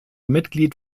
mitglied